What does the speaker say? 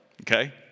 Okay